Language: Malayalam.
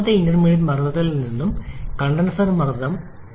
രണ്ടാമത്തെ ഇന്റർമീഡിയറ്റ് മർദ്ദത്തിൽ നിന്ന് കണ്ടൻസർ മർദ്ദം